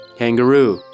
kangaroo